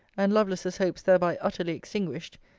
and lovelace's hopes thereby utterly extinguished,